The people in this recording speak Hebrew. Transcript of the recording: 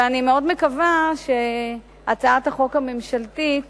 ואני מאוד מקווה שהצעת החוק הממשלתית